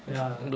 ya